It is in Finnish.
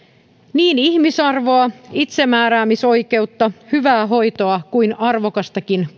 niin ihmisarvoa itsemääräämisoikeutta hyvää hoitoa kuin arvokasta